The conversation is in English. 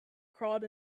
crawled